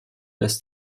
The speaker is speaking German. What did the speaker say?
das